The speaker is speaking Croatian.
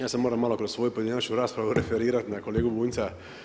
Ja se moram malo kroz svoju pojedinačnu raspravu referirati na kolegu Bunjca.